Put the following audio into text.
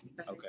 Okay